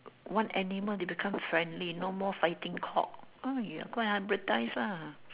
one animal they become friendly no more fighting cock !aiya! go and hybridise ah